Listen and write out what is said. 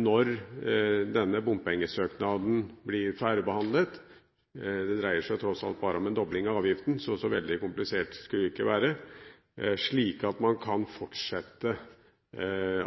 når denne bompengesøknaden blir ferdigbehandlet – det dreier seg tross alt bare om en dobling av avgiften. Så så veldig komplisert skulle det ikke være – slik at man kan fortsette